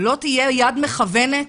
שלא תהיה יד מכוונת?